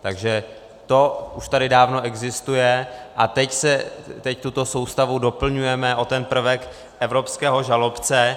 Takže to už tady dávno existuje a teď tuto soustavu doplňujeme o prvek evropského žalobce.